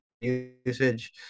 usage